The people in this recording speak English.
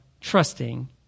trusting